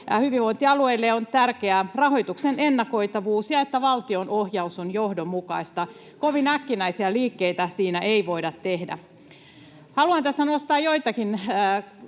Hyvinvointialueille on tärkeää rahoituksen ennakoitavuus ja se, että valtion ohjaus on johdonmukaista. Kovin äkkinäisiä liikkeitä siinä ei voida tehdä. Haluan tässä nostaa joitakin täällä